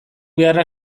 beharra